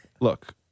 Look